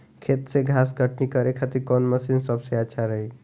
खेत से घास कटनी करे खातिर कौन मशीन सबसे अच्छा रही?